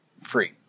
free